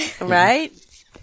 Right